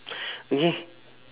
eh